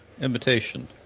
Imitation